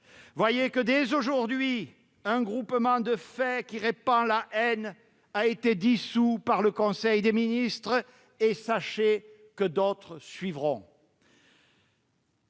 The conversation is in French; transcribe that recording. Voyez que, dès aujourd'hui, un groupement de fait répandant la haine a été dissous par le conseil des ministres ! Sachez que d'autres suivront.